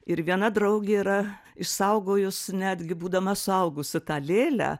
ir viena draugė yra išsaugojus netgi būdama suaugusi tą lėlę